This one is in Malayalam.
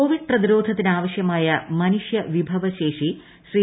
കോവിഡ് പ്രതിരോധത്തിന് ആവശ്യമായ മനുഷ്യ വിഭവശേഷി ശ്രീ